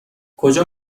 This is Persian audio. کجا